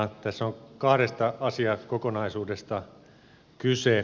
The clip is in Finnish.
tässä on kahdesta asiakokonaisuudesta kyse